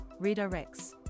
redirects